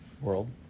world